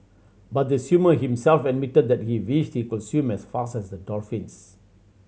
but the swimmer himself admitted that he wished he could swim as fast as the dolphins